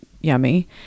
yummy